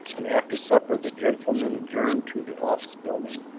and after supper the gentlemen adjourned to the office building,